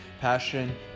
Passion